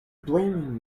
blaming